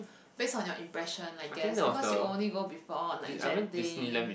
based on your impression I guess because you only go before like Genting